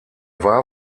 war